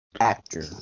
actor